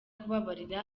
kubabarira